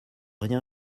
rien